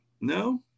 No